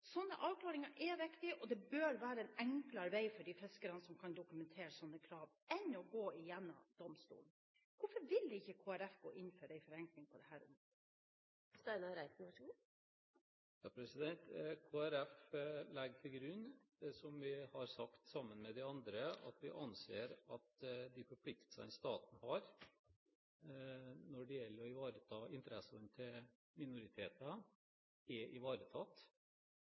avklaringer er viktige, og det bør være en enklere vei for de fiskerne som kan dokumentere slike krav, enn å gå gjennom domstolene. Hvorfor vil ikke Kristelig Folkeparti gå inn for en forenkling på dette området? Kristelig Folkeparti legger til grunn, som vi har sagt, sammen med de andre, at vi anser at de forpliktelsene staten har når det gjelder å ivareta interessene til minoritetene, er ivaretatt,